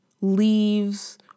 leaves